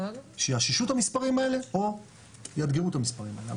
שיאששו את המספרים האלה או יאתגרו את המספרים האלה.